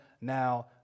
now